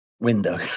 window